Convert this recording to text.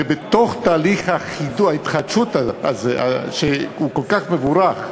ובתוך תהליך ההתחדשות הזה, שהוא כל כך מבורך,